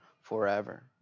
forever